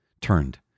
turned